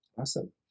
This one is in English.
Awesome